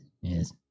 Yes